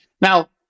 Now